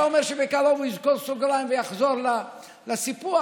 אתה אומר שבקרוב הוא יסגור סוגריים ויחזור לסיפוח?